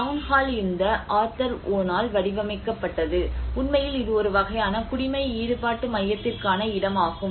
town hall இந்த Arthur வோனால் வடிவமைக்கப்பட்டது உண்மையில் இது ஒரு வகையான குடிமை ஈடுபாட்டு மையத்திற்கான இடமாகும்